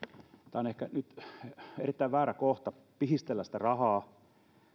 tämä on ehkä nyt erittäin väärä kohta pihistellä sitä rahaa